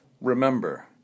Remember